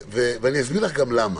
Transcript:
ואסביר למה.